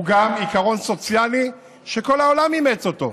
הוא גם עיקרון סוציאלי שכל העולם אימץ אותו.